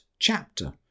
chapter